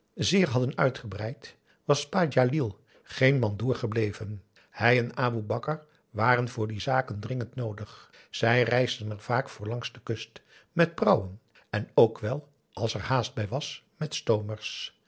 zeer hadden uitgebreid was pa djalil geen mandoer gebleven hij en aboe bakar waren voor die zaken dringend noodig zij reisden er vaak voor langs de kust met prauwen en ook wel als er haast bij was met stoomers